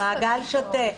מעגל שוטף.